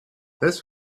this